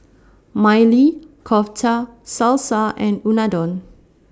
Maili Kofta Salsa and Unadon